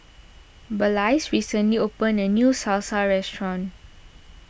Blaise recently opened a new Salsa restaurant